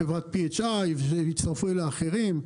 חברת PHI והצטרפו אליה אחרים,